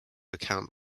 account